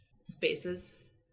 spaces